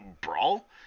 brawl